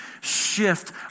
shift